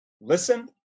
listen